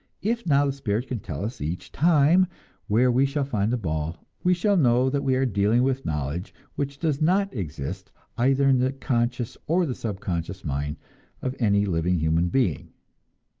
if now the spirit can tell us each time where we shall find the ball, we shall know that we are dealing with knowledge which does not exist either in the conscious or the subconscious mind of any living human being.